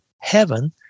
heaven